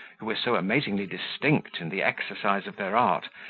who were so amazingly distinct in the exercise of their art,